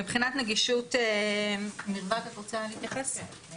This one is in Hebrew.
מבחינת נגישות, מרוות, את רוצה להתייחס?